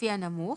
לפי הנמוך,